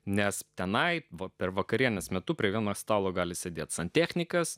nes tenai va per vakarienės metu prie vieno stalo gali sėdėti santechnikas